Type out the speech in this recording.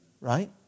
right